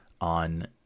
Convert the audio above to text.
on